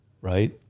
right